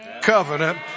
covenant